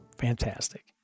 fantastic